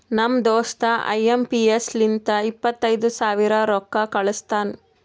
ನಮ್ ದೋಸ್ತ I M P S ಲಿಂತ ಇಪ್ಪತೈದು ಸಾವಿರ ರೊಕ್ಕಾ ಕಳುಸ್ತಾನ್